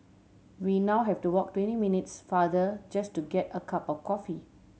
we now have to walk twenty minutes farther just to get a cup of coffee